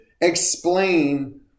explain